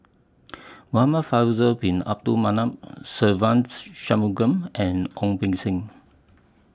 Muhamad Faisal Bin Abdul Manap Se Ve Shanmugam and Ong Beng Seng